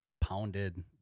pounded